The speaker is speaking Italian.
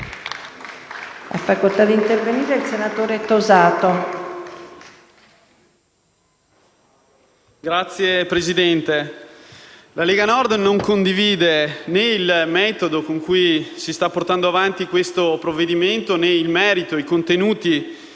la Lega Nord non condivide né il metodo con cui si sta portando avanti questo provvedimento, né il merito e i contenuti